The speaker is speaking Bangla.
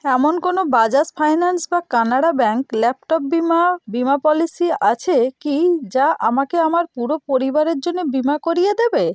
এমন কোনো বাজাজ ফাইন্যান্স বা কানাড়া ব্যাঙ্ক ল্যাপটপ বিমা বিমা পলিসি আছে কি যা আমাকে আমার পুরো পরিবারের জন্যে বিমা করিয়ে দেবে